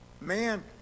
Man